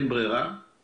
2. לבודד את אלה שחולים.